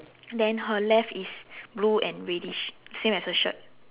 then her left is blue and reddish same as her shirt